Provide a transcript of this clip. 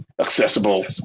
accessible